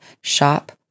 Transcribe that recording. shop